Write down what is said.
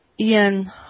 Ian